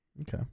Okay